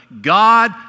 God